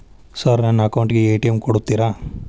Sir ನನ್ನ account ಗೆ ATM ಕೊಡುತ್ತೇರಾ?